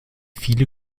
viele